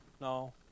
No